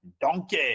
Donkey